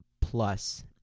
plus